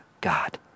God